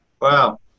Wow